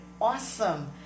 awesome